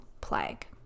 plague